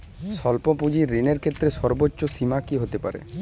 স্বল্প পুঁজির ঋণের ক্ষেত্রে সর্ব্বোচ্চ সীমা কী হতে পারে?